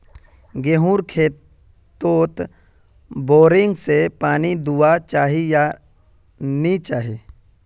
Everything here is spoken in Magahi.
गेँहूर खेतोत बोरिंग से पानी दुबा चही या नी चही?